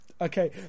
Okay